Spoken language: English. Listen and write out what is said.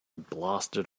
blasted